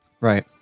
Right